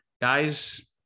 Guys